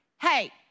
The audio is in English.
hey